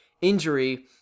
injury